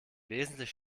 wesentlich